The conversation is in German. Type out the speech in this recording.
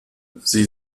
sie